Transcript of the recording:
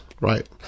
Right